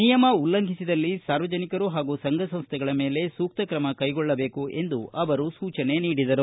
ನಿಯಮ ಉಲ್ಲಂಘಿಸಿದಲ್ಲಿ ಸಾರ್ವಜನಿಕರು ಹಾಗೂ ಸಂಘ ಸಂಸ್ಟೆಗಳ ಮೇಲೆ ಸೂಕ್ತ ಕ್ರಮ ಕೈಗೊಳ್ಳಬೇಕು ಎಂದು ಹೇಳಿದರು